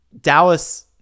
Dallas